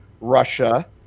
Russia